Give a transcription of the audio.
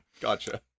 Gotcha